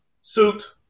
suit